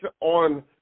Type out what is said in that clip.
on